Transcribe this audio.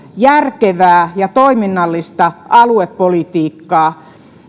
järkevää ja toiminnallista aluepolitiikkaa